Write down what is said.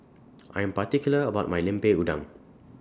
I Am particular about My Lemper Udang